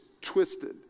twisted